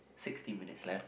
sixteen minutes left